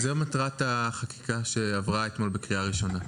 זו מטרת החקיקה שעברה אתמול בקריאה ראשונה.